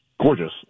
gorgeous